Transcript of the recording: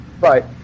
Right